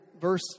verse